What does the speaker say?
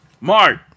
Mark